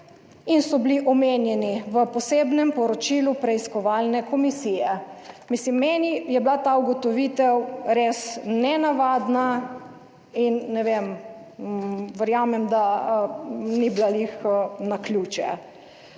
in so bili omenjeni v posebnem poročilu preiskovalne komisije. Mislim, meni je bila ta ugotovitev res nenavadna in ne vem, verjamem, da ni bila glih naključje.